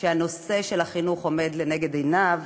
שהנושא של החינוך עומד לנגד עיניו,